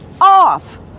off